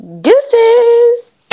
Deuces